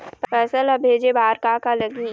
पैसा ला भेजे बार का का लगही?